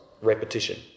Repetition